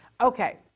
Okay